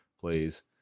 please